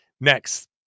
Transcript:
next